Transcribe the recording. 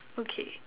okay